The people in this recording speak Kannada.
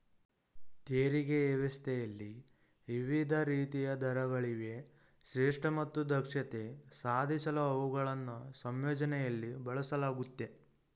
ತೆರಿಗೆ ವ್ಯವಸ್ಥೆಯಲ್ಲಿ ವಿವಿಧ ರೀತಿಯ ದರಗಳಿವೆ ಶ್ರೇಷ್ಠ ಮತ್ತು ದಕ್ಷತೆ ಸಾಧಿಸಲು ಅವುಗಳನ್ನ ಸಂಯೋಜನೆಯಲ್ಲಿ ಬಳಸಲಾಗುತ್ತೆ